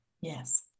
Yes